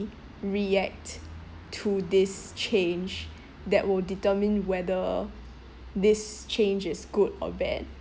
react to this change that will determine whether this change is good or bad